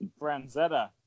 Franzetta